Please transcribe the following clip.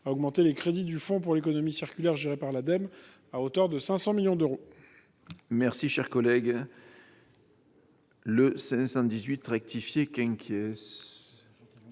à l’augmentation des crédits du fonds pour l’économie circulaire géré par l’Ademe à hauteur de 500 millions d’euros.